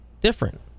different